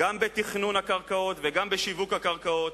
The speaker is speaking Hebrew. גם בתכנון הקרקעות וגם בשיווק הקרקעות.